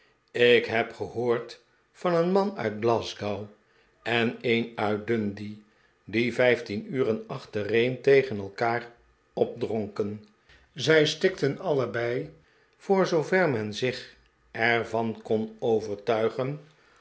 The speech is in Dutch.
ik heb gehoord van een man uit glasgow en l een kustvaartuig de pickwick club een uit dundee die vijftien uren achtereen tegen elkaar op dronken zij stikten allebei voor zoover men zich er van kon overtuigen